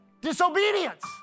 Disobedience